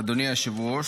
אדוני היושב-ראש,